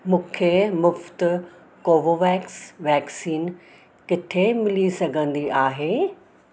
मूंखे मुफ़्ति Covovax vaccine किथे मिली सघंदी आहे